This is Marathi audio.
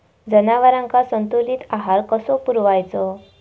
जनावरांका संतुलित आहार कसो पुरवायचो?